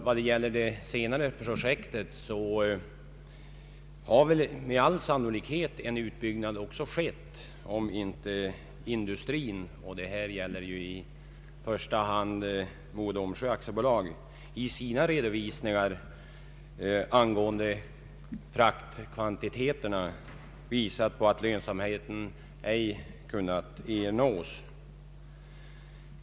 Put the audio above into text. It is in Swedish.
Vad gäller det senare projektet hade med all sannolikhet en utbyggnad skett om inte industrin — i första hand Mo och Domsjö AB — i sina redovisningar angående fraktkvantiteterna visat att lönsamhet ej kunnat ernås.